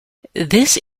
this